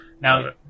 Now